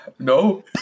No